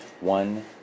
one